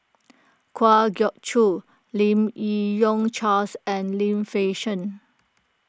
Kwa Geok Choo Lim Yi Yong Charles and Lim Fei Shen